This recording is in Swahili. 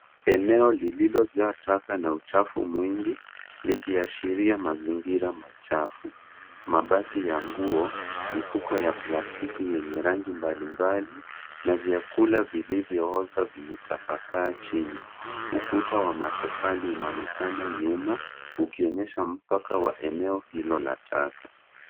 Eneo lililojaa taka na uchafu mwingi, likiashiria mazingira machafu. Mabaki ya nguo mifuko ya plastiki yenye rangi mbalimbali na vyakula vilivyooza vimetapakaa chini. Ukuta wa matofali unaonekana nyuma, ukionyesha mpaka wa eneo hilo la taka.